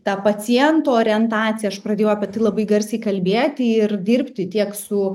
ta paciento orientacija aš pradėjau apie tai labai garsiai kalbėti ir dirbti tiek su